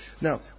Now